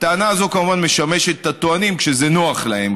הטענה הזאת כמובן משמשת את הטוענים כשזה נוח להם.